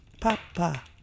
Papa